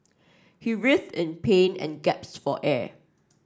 he writhed in pain and for air